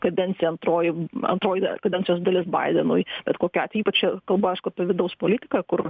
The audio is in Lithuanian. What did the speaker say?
kadencija antroji antroji kadencijos dalis baidenui bet kokiu atveju ypač kalbu aišku apie vidaus politiką kur